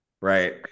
Right